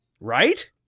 Right